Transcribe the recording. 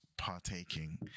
partaking